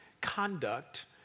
conduct